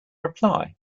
reply